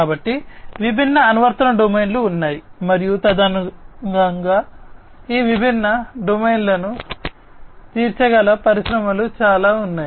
కాబట్టి విభిన్న అనువర్తన డొమైన్లు ఉన్నాయి మరియు తదనుగుణంగా ఈ విభిన్న డొమైన్లను తీర్చగల పరిశ్రమలు చాలా ఉన్నాయి